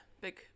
big